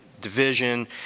division